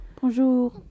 Bonjour